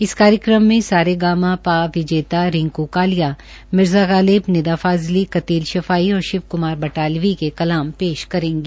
इस कार्यक्रम में सा रे गा मा विजेता रिंकू कालिया मिर्जा गालिब निदा फाज़ली कतील शेफाई और शिव क्मार बटावली के कलाम पेश करेगी